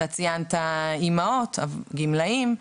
ציינת אימהות וגמלאים,